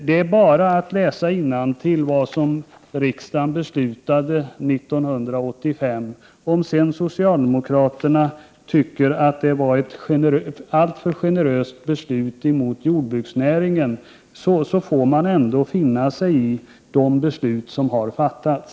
Det är bara att läsa innantill vad riksdagen beslutade 1985. Om sedan socialdemokraterna tycker att det beslutet var alltför generöst mot jordbruksnäringen, får de ändå finna sigi de beslut som har fattats.